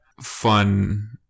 fun